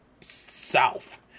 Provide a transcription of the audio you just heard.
south